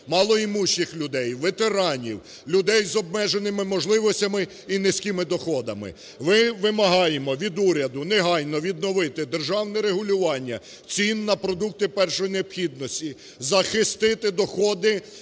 малоімущих людей, ветеранів, людей з обмеженими можливостями і низькими доходами. Ми вимагаємо від уряду негайно відновити державне регулювання цін на продукти першої необхідності, захистити доходи